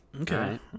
okay